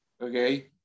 okay